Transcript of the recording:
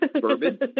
bourbon